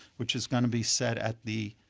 which is going to be set at the